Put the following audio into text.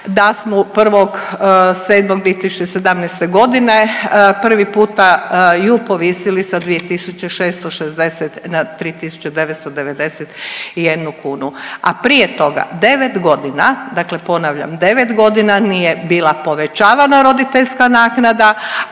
da smo 1.7.2017. godine prvi puta ju povisili sa 2.660 na 3.991 kunu. A prije toga 9 godina, dakle ponavljam 9 godina nije bila povećavana roditeljska naknada,